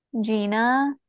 Gina